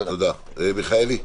מלכיאלי.